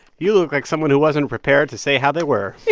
you look like someone who wasn't prepared to say how they were